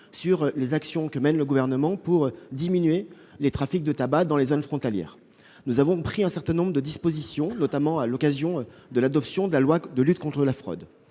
sur les actions que mène le Gouvernement pour diminuer les trafics de tabac dans les zones frontalières. Nous avons pris un certain nombre de dispositions, notamment à l'occasion de l'adoption de la loi de lutte contre la fraude,